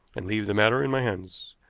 and leave the matter in my hands.